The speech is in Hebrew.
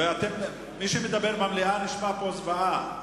ומי שמדבר מהמליאה נשמע פה זוועה.